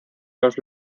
los